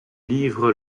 livrent